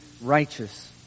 righteous